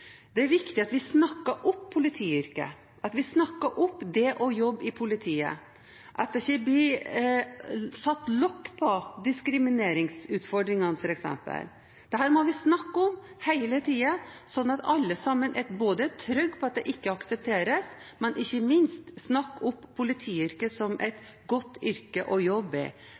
Det er viktig at vi snakker opp politiyrket, at vi snakker opp det å jobbe i politiet, at det ikke blir satt lokk på diskrimineringsutfordringene f.eks. Dette må vi snakke om hele tiden, sånn at alle sammen er trygge på at dette ikke aksepteres, og ikke minst må vi snakke opp politiyrket som et godt yrke å